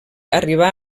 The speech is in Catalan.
arribà